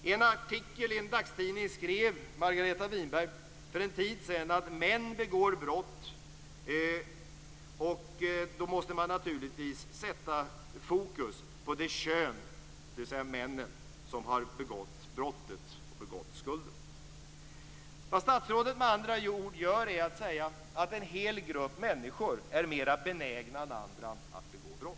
I en artikel i en dagstidning skrev Margareta Winberg för en tid sedan att män begår brott. Då måste man naturligtvis sätta fokus på det kön, dvs. männen, som har begått brotten och skulden. Med andra ord: Vad statsrådet säger är att en hel grupp människor är mera benägna än andra att begå brott.